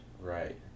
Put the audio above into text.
Right